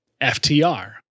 FTR